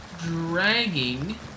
dragging